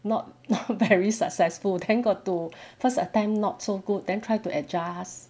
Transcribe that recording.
not very successful then got to first attempt not so good then try to adjust